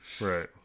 Right